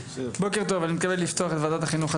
אני מתכבד לפתוח את ועדת החינוך,